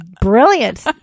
brilliant